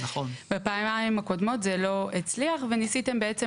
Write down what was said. בפעמיים הקודמות זה לא הצליח וניסיתם בעצם